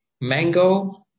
mango